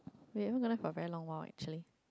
wait why gonna got very long whale actually